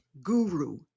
Guru